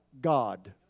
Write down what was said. God